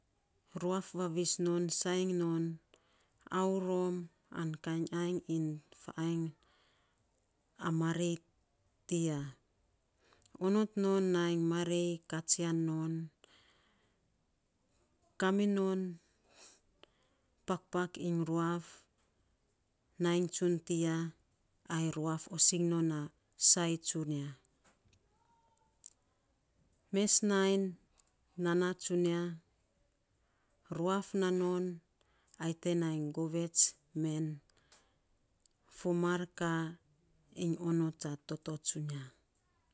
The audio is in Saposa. Ruaf vavis non, sainy non aurom an kainy ainy iny faainy a marei ti ya. Onot non nainy marei katsian non kaminon pakpak iny ruaf, nainy tsun ti ya, ai ruaf osing non a saii tsuia. Mes nainy nana tsunia, ruaf nanon ai te nainy govets men fo mar ka iny onots a toto tsunia.